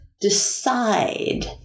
decide